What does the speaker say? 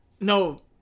No